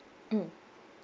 mmhmm